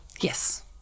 yes